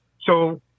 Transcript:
So-